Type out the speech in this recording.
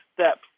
steps